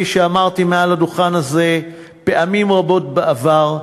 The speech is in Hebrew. כפי שאמרתי מעל הדוכן הזה פעמים רבות בעבר,